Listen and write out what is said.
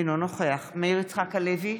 אינו נוכח מאיר יצחק הלוי,